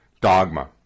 dogma